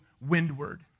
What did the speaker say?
windward